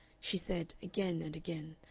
she said, again and again,